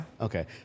okay